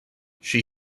she